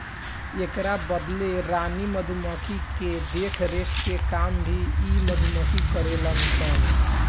एकरा बदले रानी मधुमक्खी के देखरेख के काम भी इ मधुमक्खी करेले सन